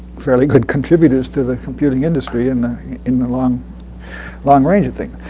fairly good contributors to the computing industry in in the long long range of things.